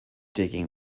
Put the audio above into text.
digging